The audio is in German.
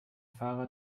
fahrer